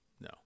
no